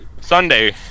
Sunday